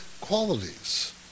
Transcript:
qualities